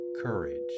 courage